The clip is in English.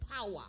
power